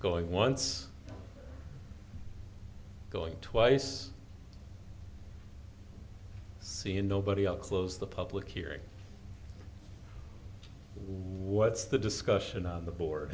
going once going twice seeing nobody else close the public hearing what's the discussion of the board